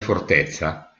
fortezza